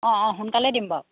অঁ অঁ সোনকালে দিম বাৰু